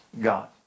God